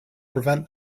prevent